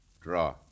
Draw